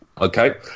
Okay